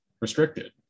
restricted